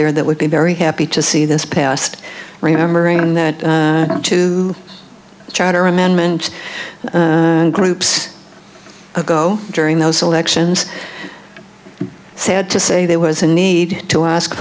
there that would be very happy to see this past remembering that two charter amendment groups ago during those elections sad to say there was a need to ask